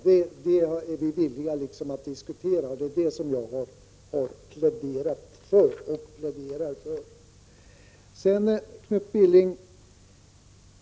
Det är detta som vi är villiga att diskutera och som jag pläderat och pläderar för.